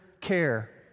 care